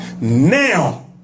now